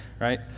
right